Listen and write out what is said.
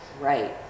Right